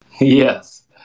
Yes